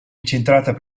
incentrata